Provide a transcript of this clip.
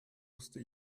wusste